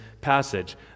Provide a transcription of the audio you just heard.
passage